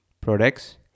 products